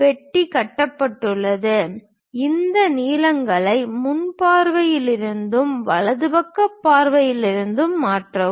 பெட்டி கட்டப்பட்டதும் இந்த நீளங்களை முன் பார்வையில் இருந்தும் வலது பக்க பார்வையிலிருந்தும் மாற்றலாம்